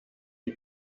die